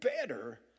better